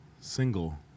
single